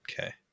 Okay